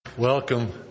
Welcome